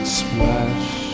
splash